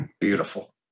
Beautiful